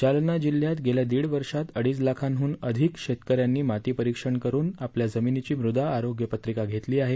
जालना जिल्ह्यात गेल्या दीड वर्षात अडीच लाखांहून अधिक शेतकऱ्यांनी माती परिक्षण करून आपल्या जमिनीची मृदा आरोग्य पत्रिका घेतली आहे